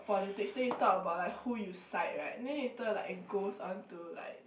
politics then you talk about who you side right then later it goes on like